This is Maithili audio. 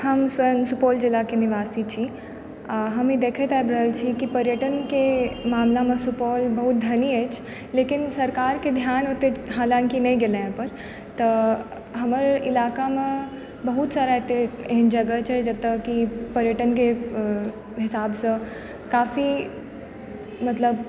हम स्वयं सुपौल जिलाके निवासी छी आ हम ई देखैत आबि रहल छी कि पर्यटनके मामलामे सुपौल बहुत धनी अछि लेकिन सरकारके ध्यान ओतेक हाँलाँकि नहि गेले हँ एहिपर तऽ हमर इलाकामे बहुत सारा एतऽ एहन जगह छै जतऽकि पर्यटनके हिसाबसँ काफी मतलब